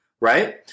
right